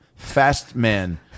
Fastman